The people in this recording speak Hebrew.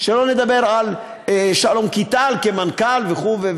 שלא לדבר על שלום קיטל כמנכ"ל וכו'.